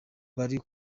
bari